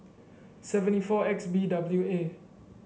seventy four X B W A